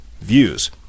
views